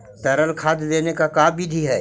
तरल खाद देने के का बिधि है?